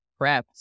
prepped